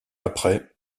après